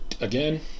Again